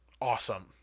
awesome